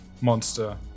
monster